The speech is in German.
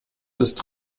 ist